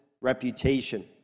reputation